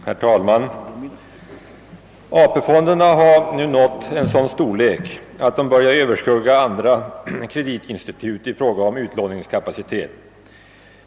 Herr talman! AP-fonderna har nu nått sådan storlek att de börjar överskugga andra kreditinstitut i fråga om utlåningskapacitet.